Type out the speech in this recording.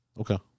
Okay